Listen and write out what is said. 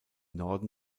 norden